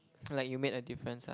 like you made a difference ah